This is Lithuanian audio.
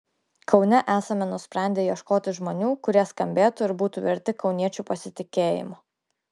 kaune esame nusprendę ieškoti žmonių kurie skambėtų ir būtų verti kauniečių pasitikėjimo